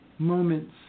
Moments